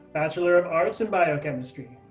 bachelor of arts in biochemistry.